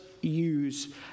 use